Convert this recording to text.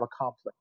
accomplished